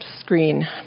screen